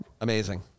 Amazing